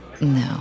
No